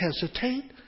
hesitate